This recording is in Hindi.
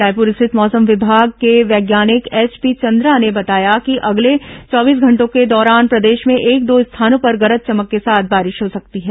रायपुर स्थित मौसम विभाग के वैज्ञानिक एच पी चन्द्रा ने बताया कि अगले चौबीस घंटो के दौरान प्रदेश में एक दो स्थानों पर गरज चमक के साथ बारिश हो सकती है